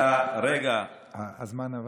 רגע,